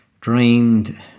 drained